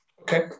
Okay